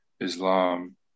islam